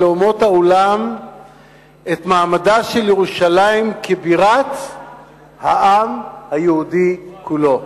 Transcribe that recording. את מעמדה של ירושלים כבירת העם היהודי כולו,